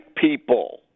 people